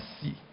see